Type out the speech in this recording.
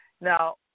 Now